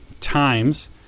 times